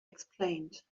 explained